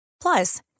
Plus